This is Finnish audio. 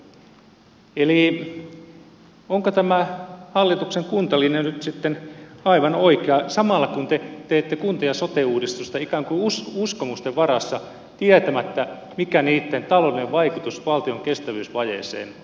eli onko tämä hallituksen kuntalinja nyt sitten aivan oikea samalla kun te teette kuntien sote uudistusta ikään kuin uskomusten varassa tietämättä mikä niitten taloudellinen vaikutus valtion kestävyysvajeeseen on